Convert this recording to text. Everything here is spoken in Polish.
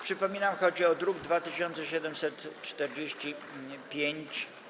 Przypominam, że chodzi o druk nr 2745.